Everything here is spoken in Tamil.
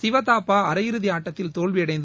சிவதாபா அரையிறுதி ஆட்டத்தில் தோல்வியடைந்து